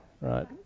right